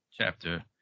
chapter